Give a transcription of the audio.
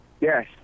Yes